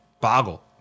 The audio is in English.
Boggle